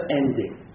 ending